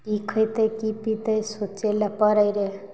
की खेतैय की पीतै सोचे लऽ पड़य रहय